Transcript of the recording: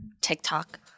TikTok